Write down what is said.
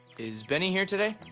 is bennie here today?